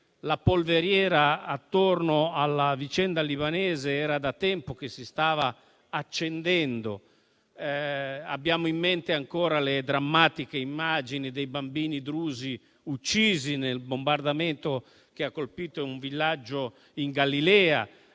la polveriera attorno alla vicenda libanese si stava accendendo da tempo. Abbiamo ancora in mente le drammatiche immagini dei bambini drusi uccisi nel bombardamento che ha colpito un villaggio in Galilea;